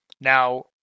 Now